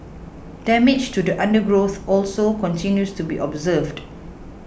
damage to the undergrowth also continues to be observed